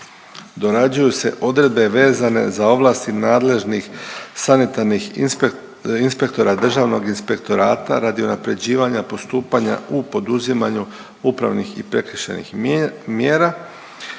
detaljnije utvrđivanje ovlasti nadležnih sanitarnih inspektora državnog inspektorata radi unapređivanja postupanja u poduzimanju upravnih i prekršajnih mjera